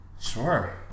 Sure